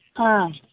ꯑꯥ